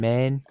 Man